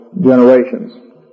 generations